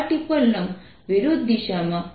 તેથી જો cosθ છે તો અમે આ જવાબ લખી શકીએ છીએ